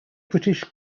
british